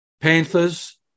Panthers